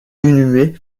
inhumé